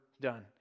done